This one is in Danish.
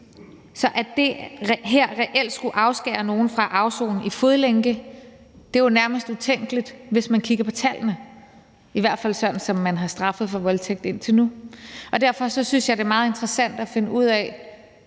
Så at det her reelt skulle afskære nogen fra at afsone i fodlænke, er jo nærmest utænkeligt, hvis man kigger på tallene, i hvert fald sådan som man har straffet for voldtægt indtil nu. Derfor synes jeg, det er meget interessant at finde ud af,